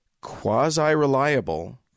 quasi-reliable